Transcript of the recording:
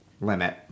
limit